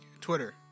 Twitter